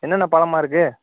என்னன்ன பழம்மா இருக்கு